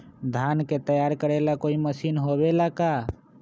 धान के तैयार करेला कोई मशीन होबेला का?